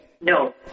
No